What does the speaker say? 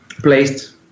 Placed